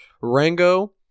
Rango